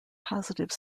positive